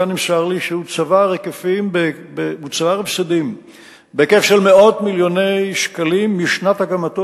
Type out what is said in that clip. נמסר לי שהוא צבר הפסדים בהיקף של מאות מיליוני שקלים משנת הקמתו,